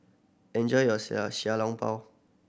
enjoy your xiao Xiao Long Bao